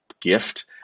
gift